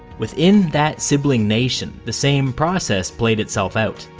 within that sibling nation, the same process played itself out.